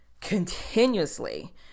continuously